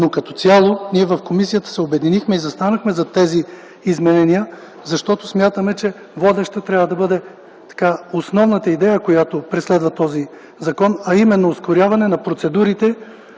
Но като цяло ние в комисията се обединихме и застанахме зад тези изменения, защото смятаме, че водеща трябва да бъде основната идея, която преследва този закон, а именно ускоряване на процедурите,